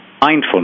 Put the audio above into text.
mindfulness